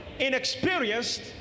inexperienced